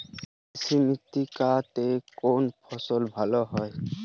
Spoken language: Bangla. কৃষ্ণ মৃত্তিকা তে কোন ফসল ভালো হয়?